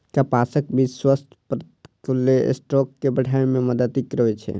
कपासक बीच स्वास्थ्यप्रद कोलेस्ट्रॉल के बढ़ाबै मे मदति करै छै